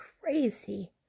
crazy